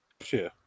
Sure